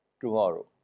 tomorrow